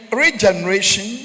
regeneration